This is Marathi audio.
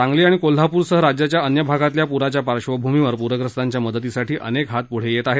सांगली आणि कोल्हापूरसह राज्याच्या अन्य भागातल्या पुराच्या पार्श्वभूमीवर पुरग्रस्तांच्या मदतीसाठी अनेक हात पुढे येत आहे